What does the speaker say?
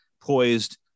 poised